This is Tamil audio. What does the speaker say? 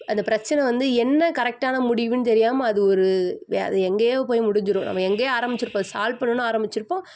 அந்த பிரச்சனை வந்து என்ன கரெக்டான முடிவுன்னு தெரியாமல் அது ஒரு அது எங்கேயோ போய் முடிஞ்சுடும் நம்ம எங்கேயோ ஆரம்பித்திருப்போம் சால்வ் பண்ணணும்னு ஆரம்பித்திருப்போம்